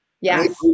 Yes